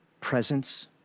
Presence